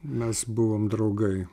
mes buvom draugai